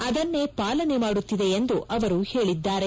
ಅದನ್ನೇ ಪಾಲನೆ ಮಾಡುತ್ತಿದೆ ಎಂದು ಅವರು ಹೇಳಿದ್ದಾರೆ